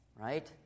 right